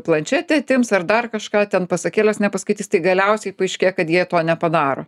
planšetę atims ar dar kažką ten pasakėlės nepaskaitys tai galiausiai paaiškėja kad jie to nepadaro